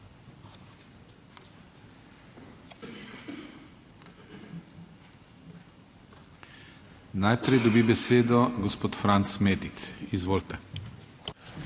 Najprej dobi besedo gospod Franc Medic, izvolite.